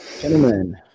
Gentlemen